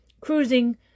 cruising